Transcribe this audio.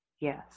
Yes